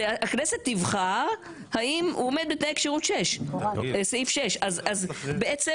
זה הכנסת תבחר האם הוא עומד בתנאי כשירות סעיף 6. בעצם